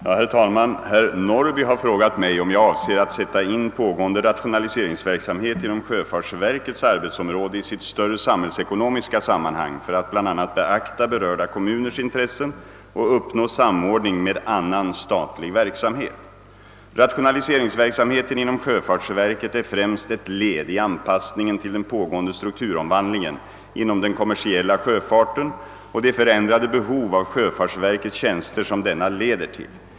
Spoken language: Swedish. Herr talman! Herr Norrby har frågat mig om jag avser att sätta in pågående rationaliseringsverksamhet inom = sjöfartsverkets arbetsområde i sitt större samhällsekonomiska sammanhang för att bl.a. beakta berörda kommuners intressen och uppnå samordning med annan statlig verksamhet. Rationaliseringsverksamheten inom sjöfartsverket är främst ett led i anpassningen till den pågående strukturomvandlingen inom den kommersiella sjöfarten och de förändrade behov av sjöfartsverkets tjänster som denna leder till.